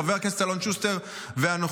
חבר הכנסת אלון שוסטר ואנוכי,